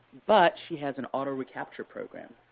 but she has an auto recapture program,